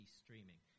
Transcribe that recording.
streaming